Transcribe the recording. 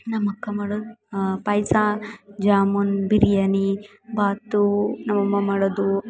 ನಮ್ಮಕ್ಕ ಮಾಡೋ ಪಾಯಸ ಜಾಮೂನ್ ಬಿರಿಯಾನಿ ಬಾತು ನಮ್ಮಮ್ಮ ಮಾಡೋದು